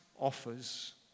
offers